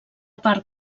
part